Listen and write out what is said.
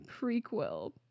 prequel